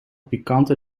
pikante